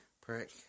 prick